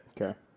Okay